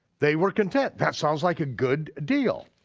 they were content, that sounds like a good deal.